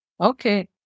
Okay